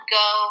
go